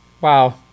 Wow